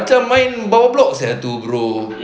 macam main bawah blok sia tu bro